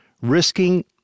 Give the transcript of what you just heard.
Risking